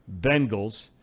Bengals